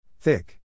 Thick